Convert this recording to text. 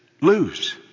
lose